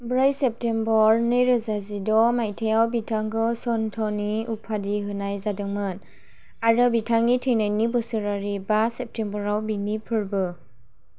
ब्रै सेप्तेम्बर नैरोजा जिद' मायथायाव बिथांखौ सन्ट'नि उपाधि होनाय जादोंमोन आरो बिथांनि थैनायनि बोसोरारि बा सेप्तेम्बराव बिनि फोर्बो